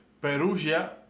Perugia